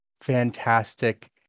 fantastic